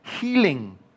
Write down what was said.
healing